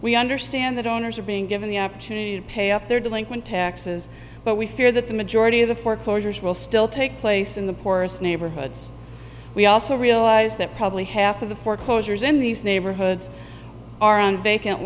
we understand that owners are being given the opportunity to pay off their delinquent taxes but we fear that the majority of the foreclosures will still take place in the poorest neighborhoods we also realize that probably half of the foreclosures in these neighborhoods are on vacant